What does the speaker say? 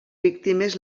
víctimes